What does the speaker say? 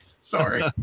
Sorry